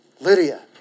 Lydia